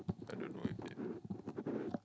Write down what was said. I don't know what you did